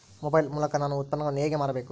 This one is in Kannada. ಮೊಬೈಲ್ ಮೂಲಕ ನಾನು ಉತ್ಪನ್ನಗಳನ್ನು ಹೇಗೆ ಮಾರಬೇಕು?